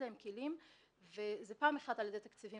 בדיוק